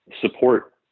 support